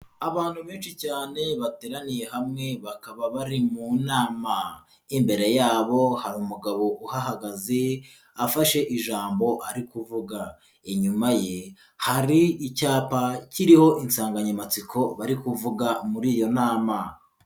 Abantu benshi cyane bateraniye hamwe bakaba bari mu nama. Imbere yabo hari umugabo uhahagaze afashe ijambo ari kuvuga. Inyuma ye hari icyapa kiriho insanganyamatsiko bari kuvuga muri iyo nama.